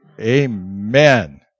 amen